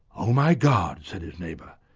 oh my god said his neighbour,